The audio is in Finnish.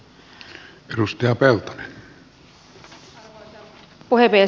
arvoisa puhemies